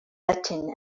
latin